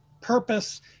purpose